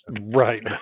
Right